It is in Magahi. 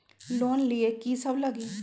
लोन लिए की सब लगी?